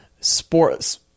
sports